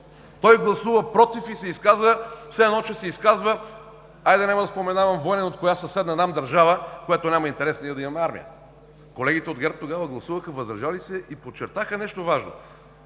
Той гласува „против“ и се изказа все едно, че се изказва – хайде, няма да споменавам военен от съседна нам държава, която няма интерес ние да имаме армия. Колегите от ГЕРБ тогава гласуваха „въздържали се“ и подчертаха нещо важно: